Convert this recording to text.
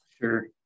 Sure